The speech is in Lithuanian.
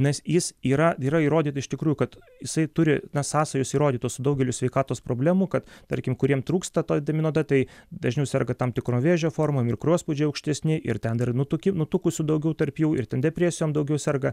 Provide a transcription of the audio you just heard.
nes jis yra yra įrodyta iš tikrųjų kad jisai turi na sąsajos įrodytos su daugeliu sveikatos problemų kad tarkim kuriem trūksta to vitamino d tai dažniau serga tam tikrom vėžio formom ir kraujospūdžiai aukštesni ir ten dar nutuki nutukusių daugiau tarp jų ir ten depresijom daugiau serga